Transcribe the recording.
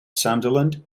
sunderland